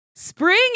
Spring